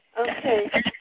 Okay